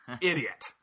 idiot